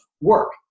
work